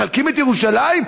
מחלקים את ירושלים?